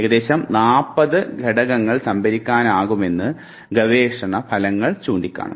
ഏകദേശം 40 ഘടകങ്ങൾ സംഭരിക്കാനാകുമെന്ന് ഗവേഷണ ഫലങ്ങൾ ചൂണ്ടിക്കാണിക്കുന്നു